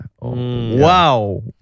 Wow